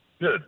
Good